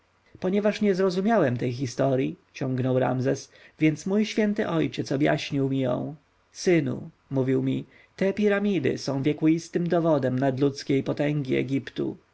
ponieważ nie zrozumiałem tej historji ciągnął ramzes więc mój święty ojciec objaśnił mi ją synu mówił mi te piramidy są wiekuistym dowodem nadludzkiej potęgi egiptu